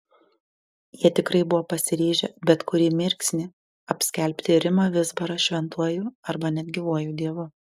jie tikrai buvo pasiryžę bet kurį mirksnį apskelbti rimą vizbarą šventuoju arba net gyvuoju dievu